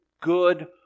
Good